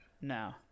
No